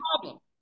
problem